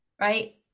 Right